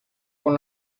con